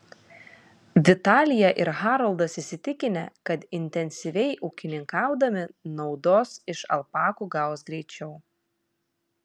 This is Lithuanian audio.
vitalija ir haroldas įsitikinę kad intensyviai ūkininkaudami naudos iš alpakų gaus greičiau